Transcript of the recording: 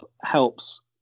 helps